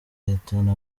ihitana